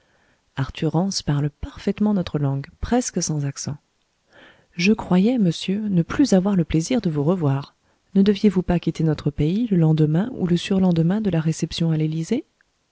arthur rance parle parfaitement notre langue presque sans accent je croyais monsieur ne plus avoir le plaisir de vous revoir ne deviez-vous pas quitter notre pays le lendemain ou le surlendemain de la réception à l'élysée